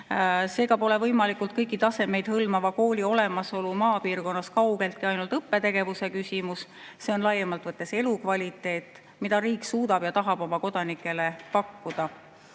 Seega pole võimalikult kõiki tasemeid hõlmava kooli olemasolu maapiirkonnas kaugeltki ainult õppetegevuse küsimus. See on laiemalt võttes elukvaliteet, mida riik suudab ja tahab oma kodanikele pakkuda.